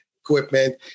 equipment